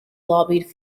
lobbied